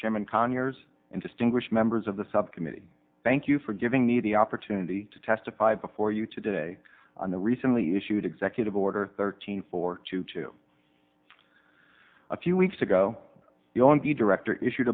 chairman conyers and distinguished members of the subcommittee thank you for giving me the opportunity to testify before you today on the recently issued executive order thirteen four two two a few weeks ago the only director issued